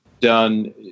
done